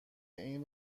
این